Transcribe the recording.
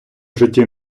житті